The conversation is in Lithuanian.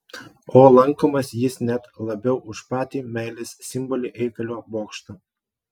o lankomas jis net labiau už patį meilės simbolį eifelio bokštą